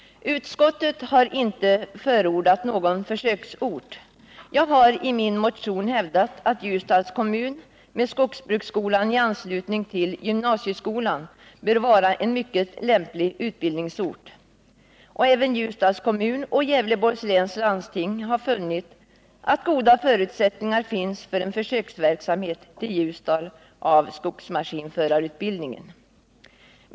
Utskottet har inte förordat någon försöksort. Jag har i min motion hävdat att Ljusdals kommun med skogsbruksskola i anslutning till gymnasieskolan bör vara en mycket lämplig utbildningsort. Även Ljusdals kommun och Gävleborgs läns landsting har funnit att goda förutsättningar finns för en försöksverksamhet med skogsmaskinförarutbildning i Ljusdal.